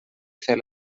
fer